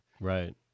right